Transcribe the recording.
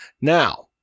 Now